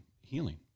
healing